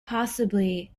possibly